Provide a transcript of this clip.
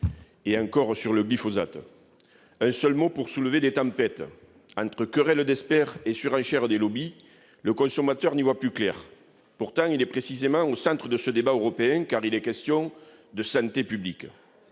aussi, sur le glyphosate. Ce seul mot peut soulever des tempêtes. Entre querelles d'experts et surenchère des lobbies, le consommateur n'y voit plus clair. Pourtant, il est précisément au centre de ce débat européen, car il est question de santé publique.